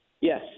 Yes